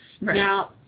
now